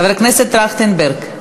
חבר הכנסת טרכטנברג.